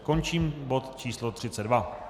Končím bod číslo 32.